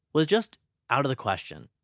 was just out of the question.